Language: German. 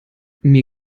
mir